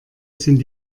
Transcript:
sind